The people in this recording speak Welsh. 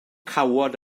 cawod